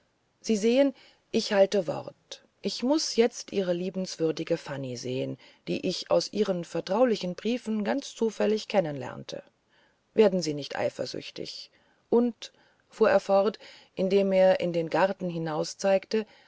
sie sehen ich halte wort ich muß jetzt ihre liebenswürdige fanny sehen die ich aus ihren vertraulichen briefen ganz zufällig kennen lernte werden sie nicht eifersüchtig und fuhr er fort indem er in den garten hinaus zeigte